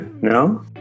No